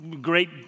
great